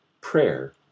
prayer